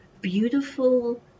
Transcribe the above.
beautiful